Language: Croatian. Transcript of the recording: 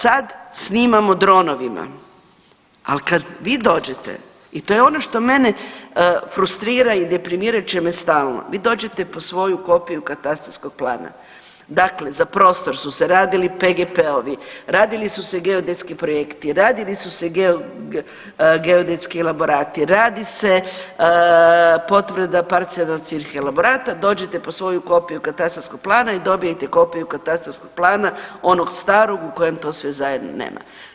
Sad snimamo dronovima, ali kad vi dođete i to je ono što mene frustrira i deprimirat će me stalo, vi dođete po svoju kopiju katastarskog plana, dakle za prostor su se radili PGP-ovi, radili su se geodetski projekti, radili su se geodetski elaborati, radi se potvrda parcelacionih elaborata, dođete po svoju kopiju katastarskog plana i dobijete kopiju katastarskog plana u onog starog u kojem to sve zajedno nema.